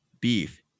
beef